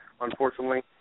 unfortunately